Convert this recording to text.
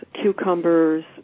cucumbers